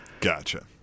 Gotcha